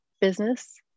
business